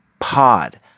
pod